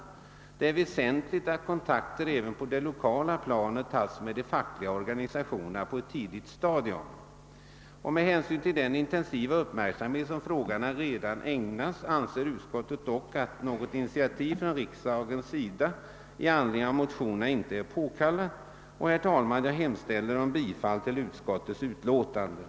Det är väsentligt att kontakter även på det lokala planet tas med de fackliga organisationerna på ett tidigt stadium. Med hänsyn till den intensiva uppmärksamhet som redan ägnas frågorna anser utskottet dock att något initiativ från riksdagens sida i anledning av motionerna inte är påkallat. Herr talman! Jag yrkar bifall till utskottets hemställan.